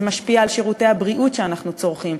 זה משפיע על שירותי הבריאות שאנחנו צורכים,